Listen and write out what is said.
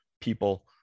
people